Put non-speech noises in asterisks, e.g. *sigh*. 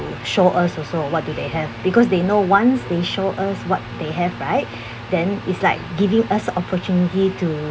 show us also what do they have because they know once they show us what they have right *breath* then is like giving us opportunity to